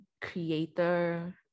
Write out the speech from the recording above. creator